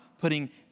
putting